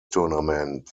tournament